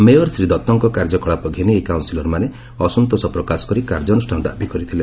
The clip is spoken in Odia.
ମେୟର ଶ୍ରୀ ଦତ୍ତଙ୍କ କାର୍ଯ୍ୟକଳାପ ଘେନି ଏହି କାଉନ୍ସିଲର୍ମାନେ ଅସନ୍ତୋଷ ପ୍ରକାଶ କରି କାର୍ଯ୍ୟାନୁଷ୍ଠାନ ଦାବି କରିଥିଲେ